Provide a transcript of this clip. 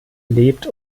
lebt